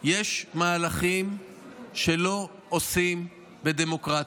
יש מהלכים שלא עושים בדמוקרטיה.